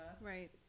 right